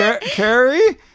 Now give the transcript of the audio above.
Carrie